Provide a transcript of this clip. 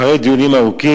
אחרי דיונים ארוכים,